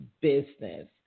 business